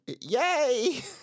yay